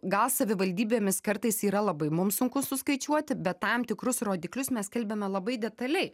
gal savivaldybėmis kartais yra labai mum sunku suskaičiuoti bet tam tikrus rodiklius mes skelbiame labai detaliai